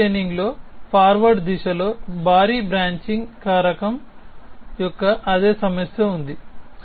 forward చైనింగ్లో forward దిశలో భారీ బ్రాంచింగ్ కారకం యొక్క అదే సమస్య ఉంది